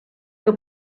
que